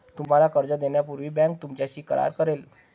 तुम्हाला कर्ज देण्यापूर्वी बँक तुमच्याशी करार करेल